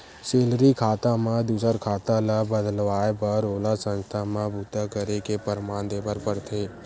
salary खाता म दूसर खाता ल बदलवाए बर ओला संस्था म बूता करे के परमान देबर परथे